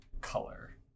color